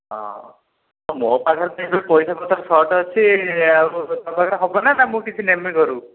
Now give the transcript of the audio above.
ହଁ ମୋ ପାଖରେ ତ ଏବେ ପଇସାପତ୍ର ସର୍ଟ ଅଛି ଆଉ ତୋ ପାଖରେ ହବନା ମୁଁ କିଛି ନେବି ଘରୁ